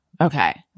Okay